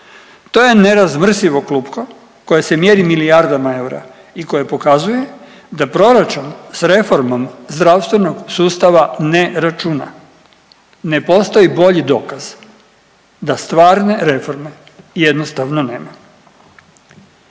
To je nerazmrsivo klupko koje se mjeri milijardama eura i koje pokazuje da proračun s reformom zdravstvenog sustava ne računa. Ne postoji bolji dokaz da stvarne reforme jednostavno nema.